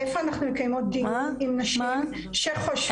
איפה אנחנו מקיימות דיון עם נשים שחושבות -- מה?